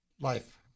life